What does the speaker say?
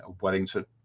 Wellington